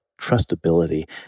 trustability